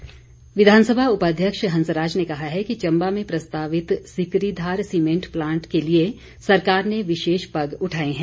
हंसराज विधानसभा उपाध्यक्ष हंसराज ने कहा है कि चम्बा में प्रस्तावित सिकरीधार सीमेंट प्लांट के लिए सरकार ने विशेष पग उठाए हैं